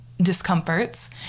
discomforts